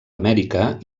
amèrica